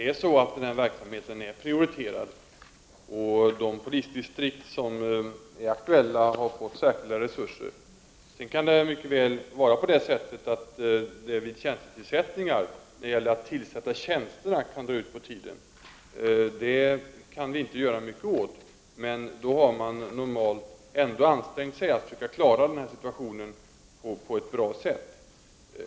Fru talman! Denna verksamhet är prioriterad, och de polisdistrikt som är aktuella har fått särskilda resurser. Sedan kan det mycket väl vara så, att själva tjänstetillsättningen kan dra ut på tiden. Det kan vi inte göra mycket åt. Jag kan ändå säga att man normalt anstränger sig för att klara situationen på ett bra sätt.